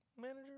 manager